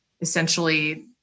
essentially